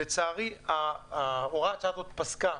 לצערי, הוראת השעה הזאת פסקה.